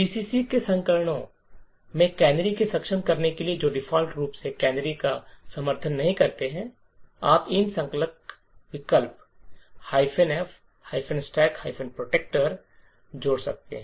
GCC के संस्करणों में कैनरी को सक्षम करने के लिए जो डिफ़ॉल्ट रूप से कैनरी का समर्थन नहीं करते हैं आप इन संकलन विकल्प f stack protector stack protector जोड़ सकते हैं